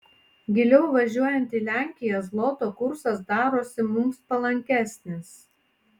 giliau važiuojant į lenkiją zloto kursas darosi mums palankesnis